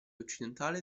occidentale